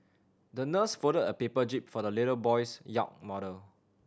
the nurse folded a paper jib for the little boy's yacht model